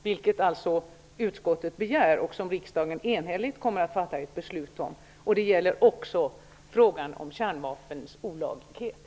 Det är vad utskottet begär och som riksdagen enhälligt kommer att fatta ett beslut om. Det gäller även frågan om kärnvapens olaglighet.